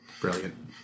Brilliant